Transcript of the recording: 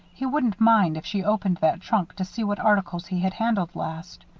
he wouldn't mind if she opened that trunk to see what articles he had handled last.